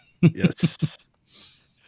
yes